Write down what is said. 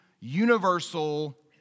universal